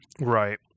right